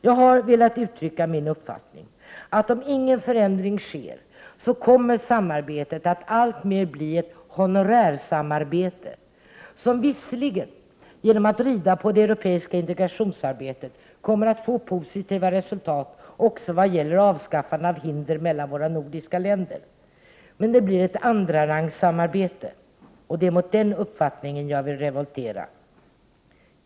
Jag har velat uttrycka min uppfattning att om ingen förändring sker kommer samarbetet att alltmer bli ett honorärsamarbete, som visserligen genom att rida på det europeiska integrationsarbetet kommer att få positiva resultat också vad gäller avskaffandet av hinder mellan våra nordiska länder. Men det blir ett andrarangssamarbete, och det är mot den uppfattningen jag vill revoltera.